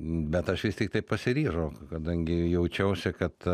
bet aš vis tiktai pasiryžau kadangi jaučiausi kad